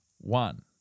one